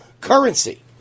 currency